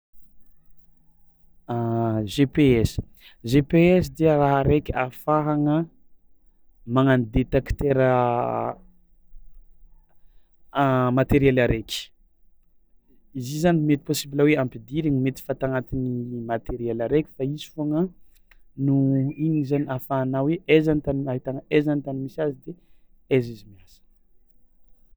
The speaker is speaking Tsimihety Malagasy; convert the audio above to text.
GPS GPS dia raha araiky ahafahagna magnano détecteur materiely araiky, izy io zany mety possible hoe ampidirigny mety fata agnatin'ny materiely araiky fa izy foagna no igny zany ahafahanao hoe aiza ny tany m- ahitana aiza ny tany misy azy de aiza izy miasa.